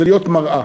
זה להיות מראה.